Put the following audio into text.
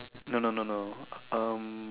no no no no um